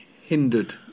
hindered